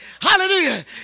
Hallelujah